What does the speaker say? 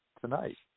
tonight